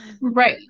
Right